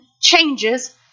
changes